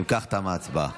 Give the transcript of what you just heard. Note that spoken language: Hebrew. אם כך, תמה ההצבעה.